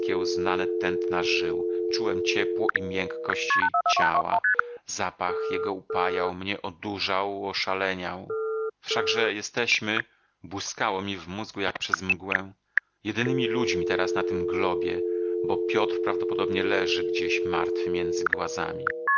rozkiełzane tętna żył czułem ciepło i miękkość jej ciała zapach jego upajał mnie odurzał oszaleniał wszakże jesteśmy błyskało mi w mózgu jak przez mgłę jedynymi ludźmi teraz na tym globie bo piotr prawdopodobnie leży gdzieś martwy między głazami